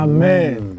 Amen